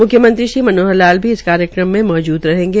म्ख्यमंत्री श्री मनोहर लाल भी इस कार्यक्रम में मौजूद रहेंगे